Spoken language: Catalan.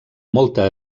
molta